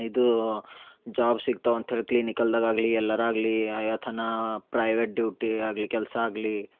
ಇದು ಜಾಬ್ ಸಿಗ್ತವ ಅಂತ್ಹೇಳಿ ಕ್ಲಿನಿಕಲ್ದಗಾಗಲಿ ಎಲ್ಲರ ಆಗಲಿ ಆಯತೆನಾ ಪ್ರೈವೇಟ್ ಡ್ಯೂಟಿ ಆಗಲಿ ಕೆಲಸ ಆಗಲಿ